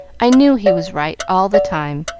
i knew he was right all the time!